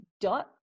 dot